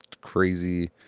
crazy